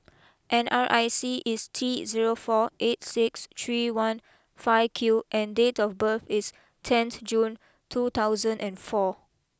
N R I C is T zero four eight six three one five Q and date of birth is tenth June two thousand and four